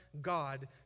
God